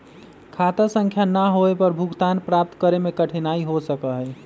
खाता संख्या ना होवे पर भुगतान प्राप्त करे में कठिनाई हो सका हई